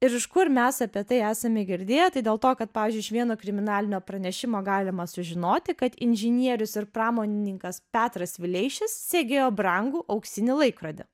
ir iš kur mes apie tai esame girdėję tai dėl to kad pavyzdžiui iš vieno kriminalinio pranešimo galima sužinoti kad inžinierius ir pramonininkas petras vileišis segėjo brangų auksinį laikrodį